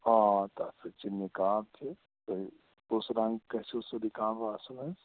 آ تَتھ سۭتۍ چھِ نِقاب تہِ تۄہہِ کُس رَنٛگ گَژھو سُہ نِقاب آسُن حظ